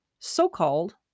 so-called